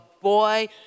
boy